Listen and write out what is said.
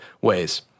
ways